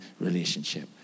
relationship